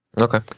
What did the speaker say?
Okay